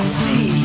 see